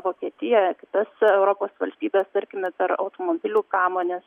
vokietiją kitas europos valstybes tarkime per automobilių pramonės